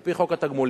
על-פי חוק התגמולים,